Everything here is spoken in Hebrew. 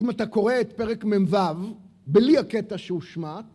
אם אתה קורא את פרק מ"ו בלי הקטע שהושמט